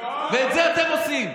ואת זה אתם עושים.